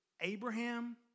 Abraham